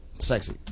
Sexy